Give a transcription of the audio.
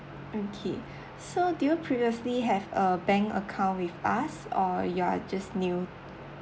okay so do you previously have a bank account with us or you're just new